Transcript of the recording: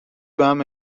بهم